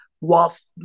whilst